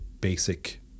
basic